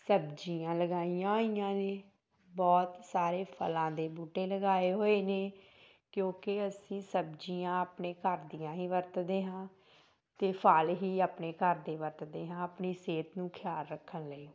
ਸਬਜ਼ੀਆਂ ਲਗਾਈਆਂ ਹੋਈਆਂ ਨੇ ਬਹੁਤ ਸਾਰੇ ਫਲਾਂ ਦੇ ਬੂਟੇ ਲਗਾਏ ਹੋਏ ਨੇ ਕਿਉਂਕਿ ਅਸੀਂ ਸਬਜ਼ੀਆਂ ਆਪਣੇ ਘਰ ਦੀਆਂ ਹੀ ਵਰਤਦੇ ਹਾਂ ਅਤੇ ਫਲ ਹੀ ਆਪਣੇ ਘਰ ਦੇ ਵਰਤਦੇ ਹਾਂ ਆਪਣੀ ਸਿਹਤ ਨੂੰ ਖਿਆਲ ਰੱਖਣ ਲਈ